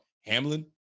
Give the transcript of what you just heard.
Hamlin